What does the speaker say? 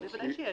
ודאי שיש.